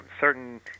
certain